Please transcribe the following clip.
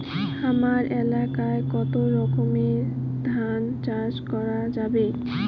হামার এলাকায় কতো রকমের ধান চাষ করা যাবে?